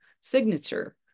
signature